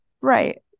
right